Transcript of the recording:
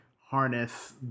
harness